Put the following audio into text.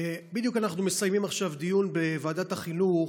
בדיוק אנחנו מסיימים עכשיו דיון בוועדת החינוך.